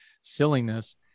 silliness